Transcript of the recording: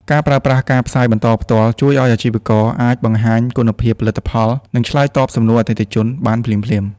ការប្រើប្រាស់ ការផ្សាយបន្តផ្ទាល់ ជួយឱ្យអាជីវករអាចបង្ហាញគុណភាពផលិតផល និងឆ្លើយតបសំណួរអតិថិជនបានភ្លាមៗ។